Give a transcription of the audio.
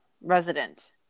resident